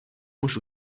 muž